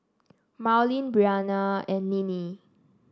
Marylyn Briana and Ninnie